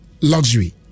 luxury